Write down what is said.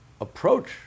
approach